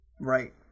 Right